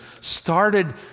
started